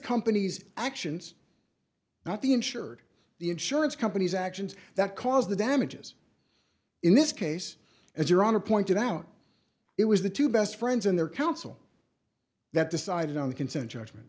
company's actions not the insured the insurance company's actions that caused the damages in this case as your honor pointed out it was the two best friends and their counsel that decided on the consent judgment